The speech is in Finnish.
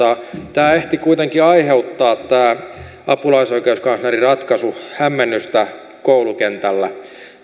tämä ehti kuitenkin aiheuttaa tämä apulaisoikeuskanslerin ratkaisu hämmennystä koulukentällä